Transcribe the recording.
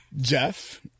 jeff